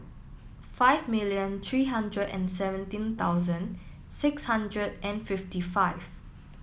five million three hundred and seventeen thousand six hundred and fifty five